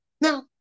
Now